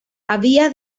había